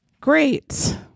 great